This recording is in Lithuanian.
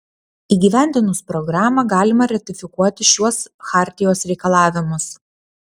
įgyvendinus programą galima ratifikuoti šiuos chartijos reikalavimus